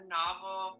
novel